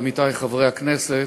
עמיתי חברי הכנסת,